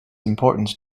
importance